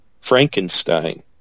Frankenstein